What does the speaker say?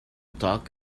talk